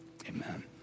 amen